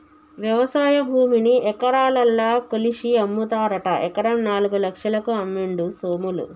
వ్యవసాయ భూమిని ఎకరాలల్ల కొలిషి అమ్ముతారట ఎకరం నాలుగు లక్షలకు అమ్మిండు సోములు